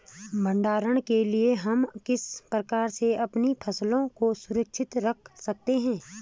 भंडारण के लिए हम किस प्रकार से अपनी फसलों को सुरक्षित रख सकते हैं?